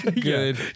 Good